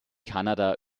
kanada